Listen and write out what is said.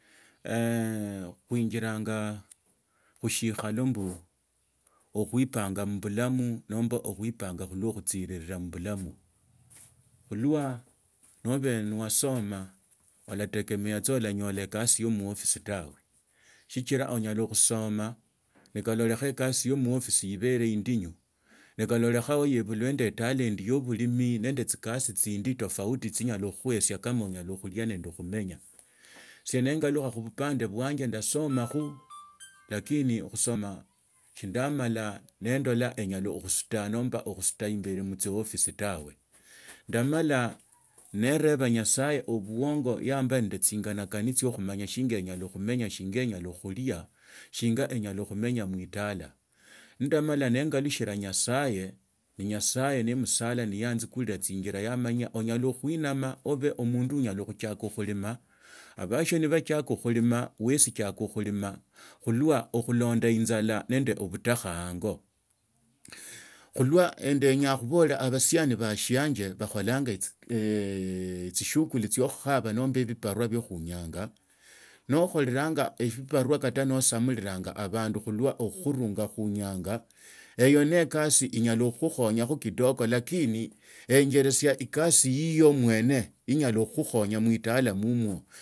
Khuinjilanga khushikhao mbu okhuipanga mubulamu nomba okhuipanga khuluse khutsirira mubulamu khulwo nobere niwasoma alategemea oranyala ekasi ya mwofisi tawe sichira onyala khusoma ne kanyolekhe ekasi ya muofisi ibere indinyu nekalolekha yaebulwa na talenti ya bulimi nende tsikasi tsindi toauti tsinyala khukhuhesia kama unyala khulia nende okhumenya sie neengalukha mubandu busanje ndaasoma lakini okhusoma sindaamala okhusuta nomba okhusuta imbeli mutsiofisi tawe ndalama ndareba nyasaye obuonye yambaa nende tsinganakani tsiokhumanya singa enyala khumenya shinga enyala khulia shinga enyala khumenya muitala lwe ndamala niingalushira nyaasaye ni nyasaye nimsala niyanzikura tsinjila yamanya onyala okuinama obe omundu unyala khuchiaka khulima khulwa okhulonala injala nende obutakha ango lwa endizenya khubola abasiani bashianje bakholanga echishughuli tsiokhukhaba nomba ebibarua bio khunyanga nukhurilanga ebibarua kata nasamuliranga abandu khulwa okhurunga kuungane eyo ekasi inyala khukhukhonyakho kidogo lakini enjesie kasi yiyo muena inyala khukhukhonya muitala mumwo.